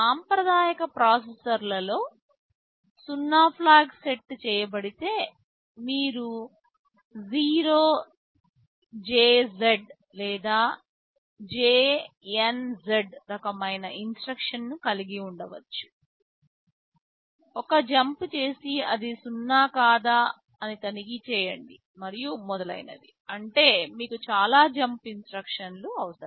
సాంప్రదాయిక ప్రాసెసర్లలో 0 flag set చేయబడితే మీరు zeroJZ లేదా JNZ రకమైన ఇన్స్ట్రక్షన్ కలిగి ఉండవచ్చు ఒక జంప్ చేసి అది 0 కాదా అని తనిఖీ చేయండి మరియు మొదలైనవి అంటే మీకు చాలా జంప్ ఇన్స్ట్రక్షన్లు అవసరం